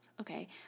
okay